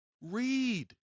read